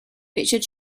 richard